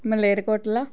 Malerkotla